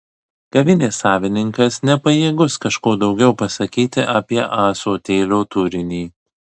kavinės savininkas nepajėgus kažko daugiau pasakyti apie ąsotėlio turinį